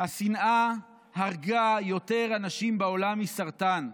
"השנאה הרגה יותר אנשים בעולם מסרטן,